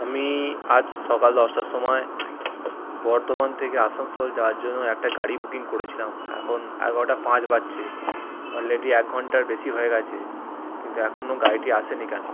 আমি আজ সকার দশটার সময়ে বর্ধমান থেকে আসানসোল যাওয়ার জন্য একটা গাড়ি বুকিং করেছিলাম এখন এগারোটা পাঁচ বাজছে অলরেডি এক ঘন্টার বেশি হয়ে গেছে কিন্তু এখনও গাড়িটি আসেনি কেন